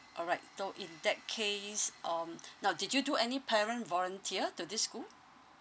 all right so in that case um now did you do any parent volunteer to this school